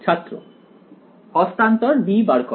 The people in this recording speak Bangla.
ছাত্র হস্তান্তর b বার করা